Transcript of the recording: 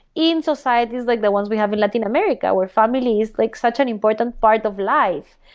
in societies like the ones we have in latin america, where family is like such an important part of life.